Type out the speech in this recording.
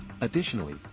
Additionally